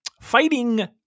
fighting